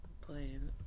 Playing